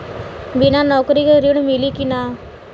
बिना नौकरी के ऋण मिली कि ना?